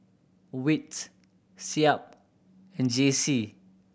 wits SEAB and J C